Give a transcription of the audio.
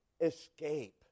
escape